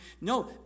No